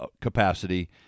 capacity